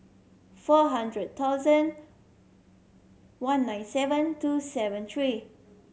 four hundred thousand one nine seven two seven three